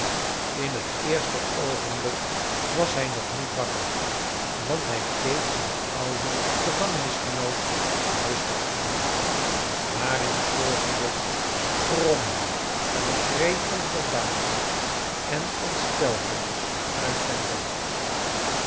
in het eerste oogenblik was hij nog niet wakker want hij keek zijn ouden gevangenisgenoot rustig aan maar in het volgende sprong hij met een kreet van verbazing en ontsteltenis uit zijn bed